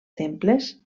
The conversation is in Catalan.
temples